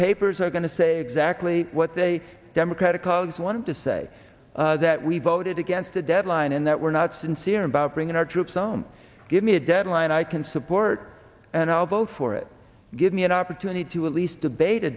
papers are going to say exactly what they democratic colleagues want to say that we voted against the deadline and that we're not sincere about bringing our troops on give me a deadline i can support and i'll vote for it give me an opportunity to at least